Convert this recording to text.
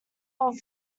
hurrah